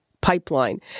pipeline